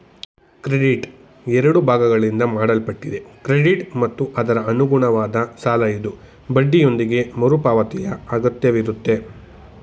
credit ಎರಡು ಭಾಗಗಳಿಂದ ಮಾಡಲ್ಪಟ್ಟಿದೆ ಕ್ರೆಡಿಟ್ ಮತ್ತು ಅದರಅನುಗುಣವಾದ ಸಾಲಇದು ಬಡ್ಡಿಯೊಂದಿಗೆ ಮರುಪಾವತಿಯಅಗತ್ಯವಿರುತ್ತೆ